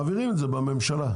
מעבירים את זה בממשלה,